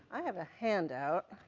i have a handout